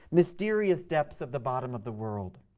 mysterious depths of the bottom of the world